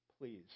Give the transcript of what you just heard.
please